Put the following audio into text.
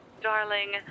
darling